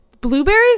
blueberries